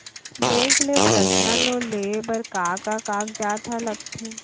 Bank ले personal loan लेये बर का का कागजात ह लगथे?